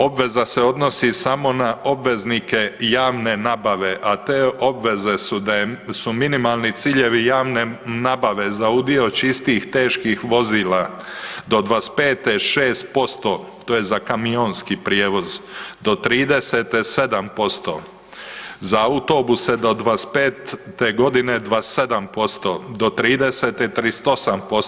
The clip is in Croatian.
Obveza se odnosi samo na obveznike javne nabave, a te obveze su da je, su minimalni ciljevi javne nabave za udio čistih teških vozila do '25.-te 6% to je za kamionski prijevoz, do '30.-te 7%, za autobuse do '25.-te godine 27%, do '30.-te 38%